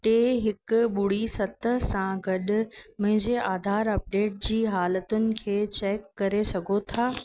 टे हिकु ॿुड़ी सत सां गॾु मुहिंजे आधार अपडेट जी हालतुनि खे चैक करे सघो था